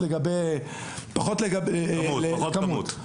פחות כמות.